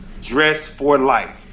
dressforlife